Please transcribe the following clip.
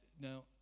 Now